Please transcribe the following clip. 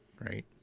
Right